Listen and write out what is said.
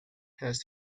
has